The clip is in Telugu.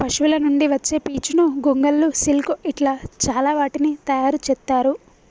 పశువుల నుండి వచ్చే పీచును గొంగళ్ళు సిల్క్ ఇట్లా చాల వాటిని తయారు చెత్తారు